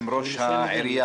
עם ראש העירייה,